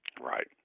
right